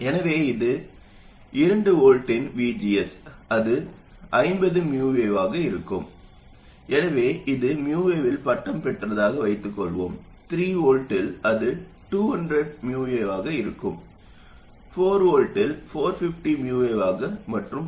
எனவே இது 2 V இன் VGS அது 50 µA ஆக இருக்கும் எனவே இது µA இல் பட்டம் பெற்றதாக வைத்துக் கொள்வோம் 3 V இல் அது 200 μA ஆக இருக்கும் 4 V இல் 450 µA மற்றும் பல